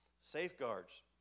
Safeguards